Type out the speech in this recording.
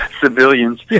civilians